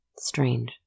strange